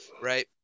Right